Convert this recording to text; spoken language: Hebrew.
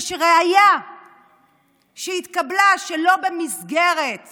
שראיה שהתקבלה שלא במסגרת